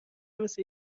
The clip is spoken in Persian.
مثل